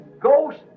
Ghost